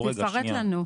תפרט לנו.